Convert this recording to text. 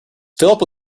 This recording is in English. philip